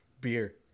beer